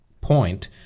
point